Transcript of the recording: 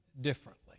differently